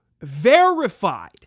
verified